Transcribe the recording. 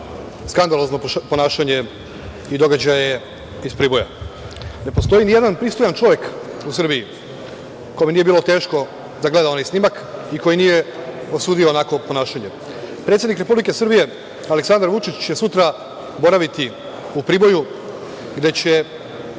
skandalozno ponašanje i događaje iz Priboja. Ne postoji ni jedan pristojan čovek u Srbiji kome nije bilo teško da gleda onaj snimak i koji nije osudio onako ponašanje. Predsednik Republike Srbije Aleksandar Vučić će sutra boraviti u Priboju, gde će,